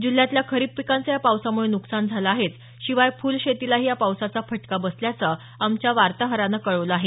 जिल्ह्यातल्या खरीप पिकांचं या पावसामुळे नुकसान झालं आहेच शिवाय फुल शेतीलाही या पावसाचा फटका बसल्याचं आमच्या वार्ताहरानं कळवलं आहे